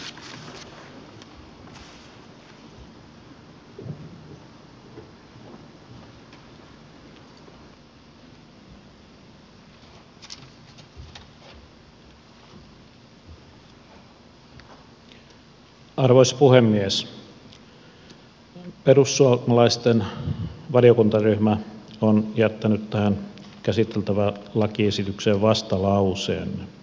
perussuomalaisten valiokuntaryhmä on jättänyt tähän käsiteltävään lakiesitykseen vastalauseen